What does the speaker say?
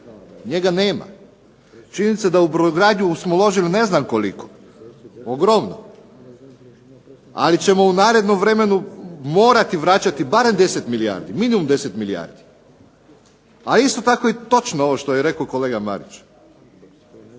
Njega nema. Činjenica da u brodogradnju smo uložili ne znam koliko, ogromno. Ali ćemo u narednom vremenu morati vraćati barem 10 milijardi, minimum 10 milijardi. A isto tako je točno ovo što je rekao kolega Marić.